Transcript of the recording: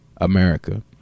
America